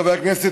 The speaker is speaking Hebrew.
חברי הכנסת,